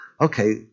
okay